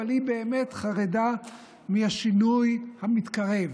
אבל היא באמת חרדה מהשינוי המתקרב,